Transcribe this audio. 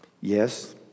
Yes